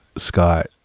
scott